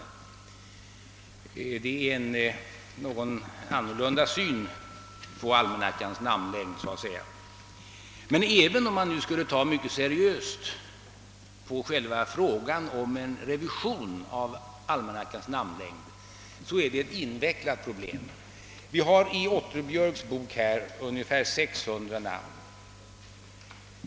Jag har alltså anlagt en något annorlunda syn på almanackans namnlängd. Men även om man nu skulle ta mycket seriöst på frågan om en revision av namnlängden, så är det ett invecklat problem. I Otterbjörks bok redovisas cirka 600 namn.